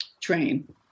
train